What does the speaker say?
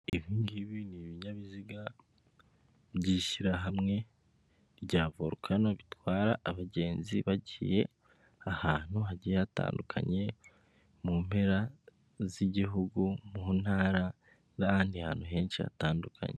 Ibi ngibi ni ibinyabiziga by'ishyirahamwe rya Volcano bitwara abagenzi bagiye ahantu hagiye hatandukanye mu mpera z'igihugu, mu ntara n'ahandi hantu henshi hatandukanye.